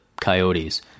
coyotes